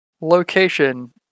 location